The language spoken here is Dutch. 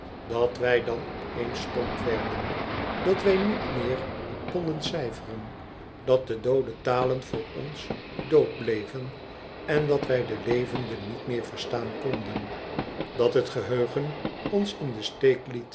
dat wij dan op eens stomp werden dat wij niet meer konden cijferen dat de doode talen vooi ons dood bleven en dat wij de levende niet meer verstaan konden dat riet geheugen ons in den steek liet